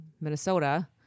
Minnesota